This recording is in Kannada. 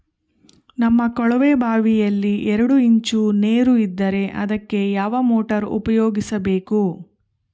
ನಮ್ಮ ಕೊಳವೆಬಾವಿಯಲ್ಲಿ ಎರಡು ಇಂಚು ನೇರು ಇದ್ದರೆ ಅದಕ್ಕೆ ಯಾವ ಮೋಟಾರ್ ಉಪಯೋಗಿಸಬೇಕು?